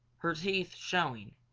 her teeth showing,